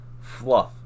fluff